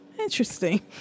Interesting